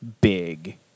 big